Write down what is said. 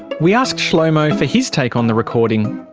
we asked shlomo for his take on the recording.